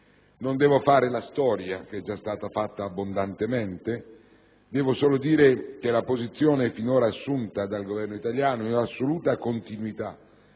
Non devo fare la storia, che è già stata ricordata abbondantemente, vorrei solo dire che la posizione finora assunta dal Governo italiano, in assoluta continuità